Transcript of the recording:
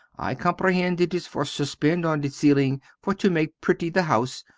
i comprehend it is for suspend on the ceiling for to make pretty the house,